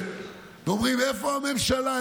ואומרים: איפה הממשלה?